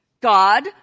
God